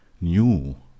new